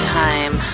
time